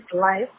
life